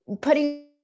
putting